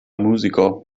muziko